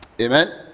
amen